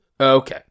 Okay